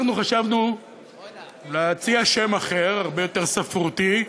אנחנו חשבנו להציע שם אחר, הרבה יותר ספרותי,